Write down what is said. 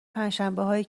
پنجشنبههایی